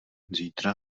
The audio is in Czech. zítra